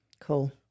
Cool